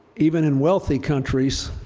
even in wealthy countries